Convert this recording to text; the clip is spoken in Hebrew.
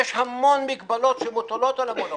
יש המון מגבלות שמוטלות על המונופול.